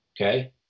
okay